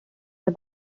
are